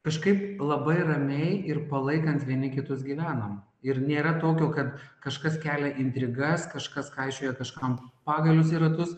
kažkaip labai ramiai ir palaikant vieni kitus gyvenam ir nėra tokio kad kažkas kelia intrigas kažkas kaišioja kažkam pagalius į ratus